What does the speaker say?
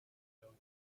going